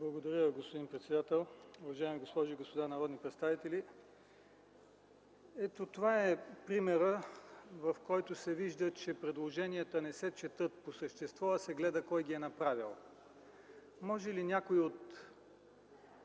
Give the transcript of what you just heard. Благодаря, господин председател. Уважаеми госпожи и господа народни представители, ето това е примерът, от който се вижда, че предложенията не се четат по същество, а се гледа кой ги е направил. Може ли някой от